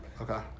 Okay